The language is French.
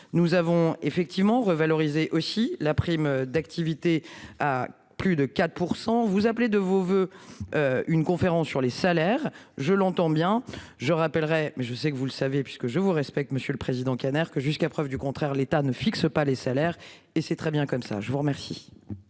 Nous avons effectivement revaloriser aussi la prime d'activité à plus de 4%. Vous appelez de vos voeux. Une conférence sur les salaires. Je l'entends bien, je rappellerai mais je sais que vous le savez puisque je vous respecte. Monsieur le Président canard que jusqu'à preuve du contraire, l'État ne fixe pas les salaires et c'est très bien comme ça. Je vous remercie.